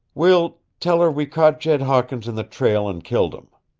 we'll tell her we caught jed hawkins in the trail and killed him.